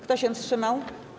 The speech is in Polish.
Kto się wstrzymał?